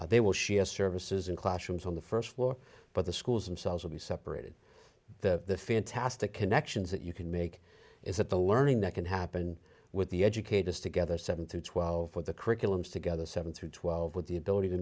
administration they will share services in classrooms on the st floor but the schools themselves will be separate the fantastic connections that you can make is that the learning that can happen with the educators together seven through twelve for the curriculums together seven through twelve with the ability to